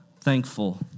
thankful